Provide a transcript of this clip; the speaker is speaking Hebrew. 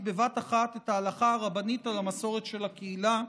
בבת אחת את ההלכה הרבנית על המסורת של הקהילה.